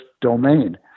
domain